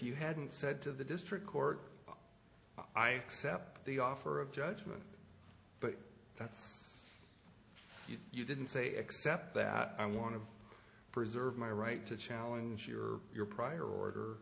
you hadn't said to the district court i set up the offer of judgment but that's you didn't say except that i want to preserve my right to challenge your your prior order